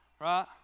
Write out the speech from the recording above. Right